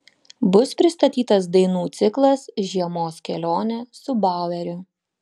bus pristatytas dainų ciklas žiemos kelionė su baueriu